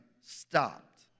stopped